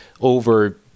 over